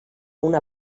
una